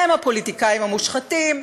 הם הפוליטיקאים המושחתים,